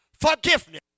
forgiveness